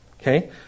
Okay